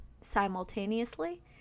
simultaneously